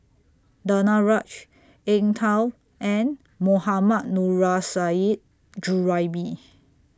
Danaraj Eng Tow and Mohammad Nurrasyid Juraimi